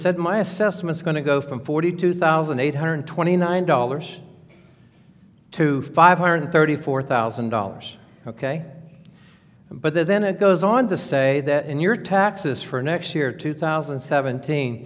said my assessments going to go from forty two thousand eight hundred twenty nine dollars to five hundred thirty four thousand dollars ok but then it goes on to say that in your taxes for next year two thousand and seventeen